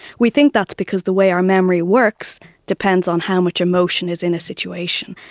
we think that's because the way our memory works depends on how much emotion is in a situation.